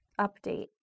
update